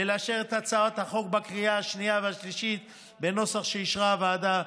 ולאשר את הצעת החוק בקריאה השנייה והשלישית בנוסח שאישרה הוועדה.